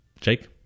Jake